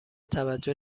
توجه